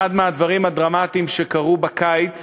אחד מהדברים הדרמטיים שקרו בקיץ,